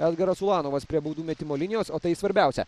edgaras ulanovas prie baudų metimo linijos o tai svarbiausia